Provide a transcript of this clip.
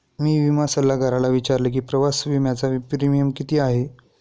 मी विमा सल्लागाराला विचारले की प्रवास विम्याचा प्रीमियम किती आहे?